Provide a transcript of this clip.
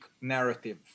narrative